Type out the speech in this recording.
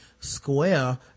square